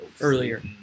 earlier